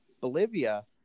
Bolivia